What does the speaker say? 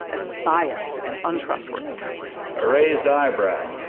as biased and untrustworthy a raised eyebrow,